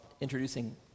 introducing